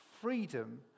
freedom